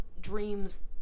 dreams